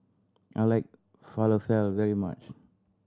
I like Falafel very much